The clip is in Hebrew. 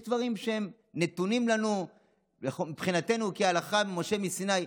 יש דברים שהם נתונים לנו מבחינתנו כהלכה למשה מסיני.